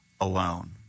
alone